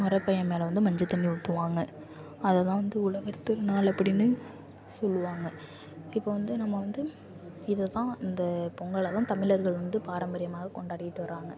முற பையன் மேல வந்து மஞ்சள் தண்ணி ஊற்றுவாங்க அதுதான் வந்து உழவர் திருநாள் அப்படின்னு சொல்லுவாங்க இப்போ வந்து நம்ம வந்து இதுதான் இந்த பொங்கலை தான் தமிழர்கள் வந்து பாரம்பரியமாக கொண்டாடிகிட்டு வராங்க